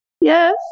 Yes